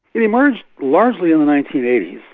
it emerged largely in the nineteen eighty s,